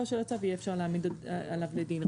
של הצו אז יהיה אפשר להעמיד עליו לדין.